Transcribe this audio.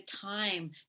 time